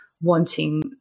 wanting